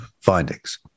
findings